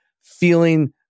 feeling